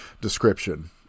description